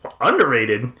underrated